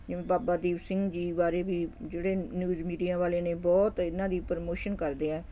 ਜਿਵੇਂ ਬਾਬਾ ਦੀਪ ਸਿੰਘ ਜੀ ਬਾਰੇ ਵੀ ਜਿਹੜੇ ਨਿਊਜ਼ ਮੀਡੀਆ ਵਾਲੇ ਨੇ ਬਹੁਤ ਇਹਨਾਂ ਦੀ ਪ੍ਰਮੋਸ਼ਨ ਕਰਦੇ ਆ